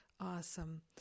awesome